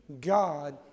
God